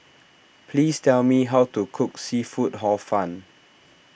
please tell me how to cook Seafood Hor Fun